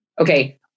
Okay